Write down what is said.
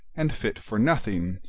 and fit for nothing,